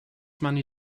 money